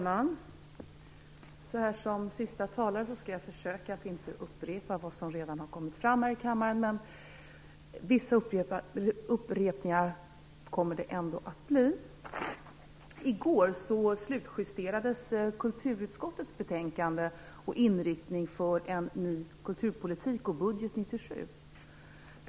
Fru talman! Som sista talare skall jag försöka att inte upprepa vad som redan har kommit fram här i kammaren, men vissa upprepningar kommer det ändå att bli. I går slutjusterades kulturutskottets betänkande och inriktning för en ny kulturpolitik och budget för 1997.